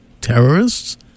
terrorists